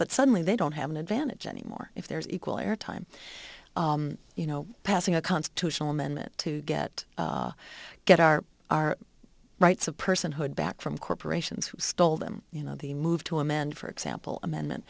but suddenly they don't have an advantage anymore if there's equal airtime you know passing a constitutional amendment to get get our our rights of personhood back from corporations who stole them you know the move to amend for example amendment